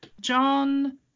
John